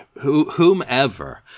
whomever